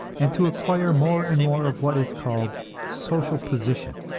and to acquire more and more of what is called social position.